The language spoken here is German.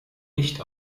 nicht